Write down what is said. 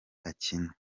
akina